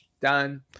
done